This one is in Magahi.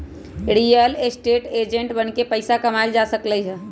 रियल एस्टेट एजेंट बनके पइसा कमाएल जा सकलई ह